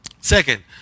Second